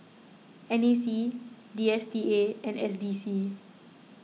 N A C D S T A and S D C